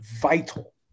Vital